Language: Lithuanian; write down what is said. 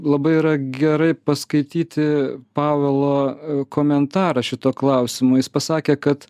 labai yra gerai paskaityti pavelo komentarą šituo klausimu jis pasakė kad